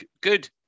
Good